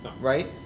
right